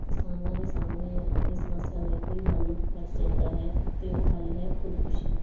ਕਿਸਾਨਾਂ ਦੇ ਸਾਹਮਣੇ ਆਪਣੀ ਸਮੱਸਿਆ ਦਾ ਇੱਕੋ ਹੀ ਹੱਲ ਬਚ ਜਾਂਦਾ ਹੈ ਅਤੇ ਉਹ ਹੱਲ ਹੈ ਖੁਦਕੁਸ਼ੀ